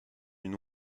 une